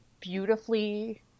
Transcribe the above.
beautifully